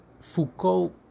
Foucault